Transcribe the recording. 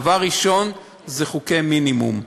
דבר ראשון, חוק מינימום.